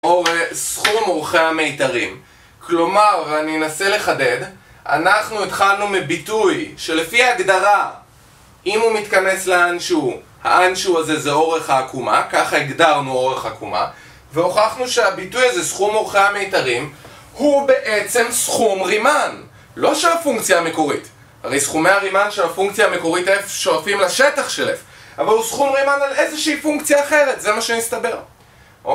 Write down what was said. סכום אורכי המיתרים כלומר, אני אנסה לחדד אנחנו התחלנו מביטוי שלפי הגדרה אם הוא מתכנס לאנשהו, האנשהו הזה זה אורך העקומה ככה הגדרנו אורך עקומה והוכחנו שהביטוי הזה, סכום אורכי המיתרים הוא בעצם סכום רימן לא שהפונקציה המקורית הרי סכומי הרימן של הפונקציה המקורית שואפים לשטח שלך אבל הוא סכום רימן על איזושהי פונקציה אחרת זה מה שמסתבר אוקיי?